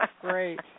great